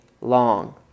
long